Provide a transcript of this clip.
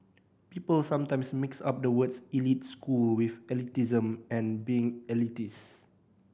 people sometimes mix up the words elite school with elitism and being elitist